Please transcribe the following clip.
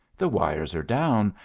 the wires are down,